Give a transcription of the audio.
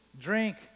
drink